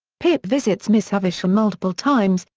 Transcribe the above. pip visits miss havisham multiple times,